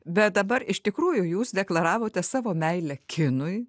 bet dabar iš tikrųjų jūs deklaravote savo meilę kinui